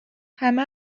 همه